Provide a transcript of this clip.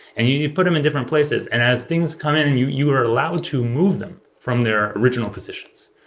and you you put them in different places, and as things come in and you you are allowed to move them from their original positions.